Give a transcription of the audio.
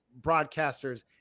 broadcasters